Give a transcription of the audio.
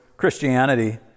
Christianity